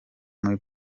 muri